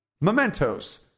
Mementos